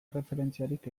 erreferentziarik